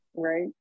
Right